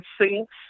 Saints